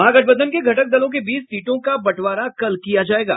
महागठबंधन के घटक दलों के बीच सीटों का बंटवारा कल किया जायेगा